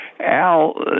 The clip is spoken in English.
Al